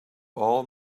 all